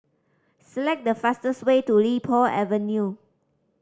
select the fastest way to Li Po Avenue